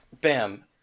Bam